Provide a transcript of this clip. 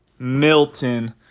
Milton